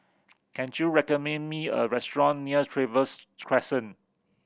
can you recommend me a restaurant near Trevose Crescent